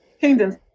kingdoms